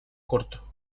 corto